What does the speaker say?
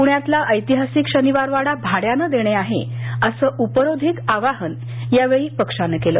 पुण्यातला ऐतिहासिक शनिवारवाडा भाड्याने देणे आहे असं उपरोधिक आवाहन यावेळी पक्षानं केलं